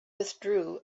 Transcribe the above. withdrew